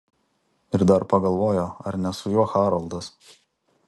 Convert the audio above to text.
ir dar pagalvojo ar ne su juo haroldas